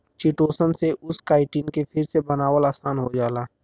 chitosan से उस chitin के फिर से बनावल आसान हो जाला